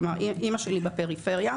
כלומר אימא שלי בפריפריה.